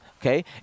okay